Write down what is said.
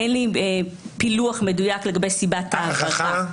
אין לי פילוח מדויק לגבי סיבת העברה.